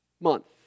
month